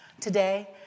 today